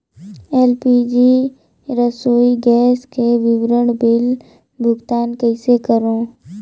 LPG रसोई gas के विवरण बिल भुगतान कइसे करों?